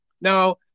Now